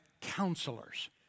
counselors